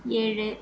ஏழு